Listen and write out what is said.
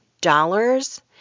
dollars